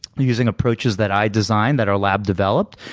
using approaches that i designed that our lab developed.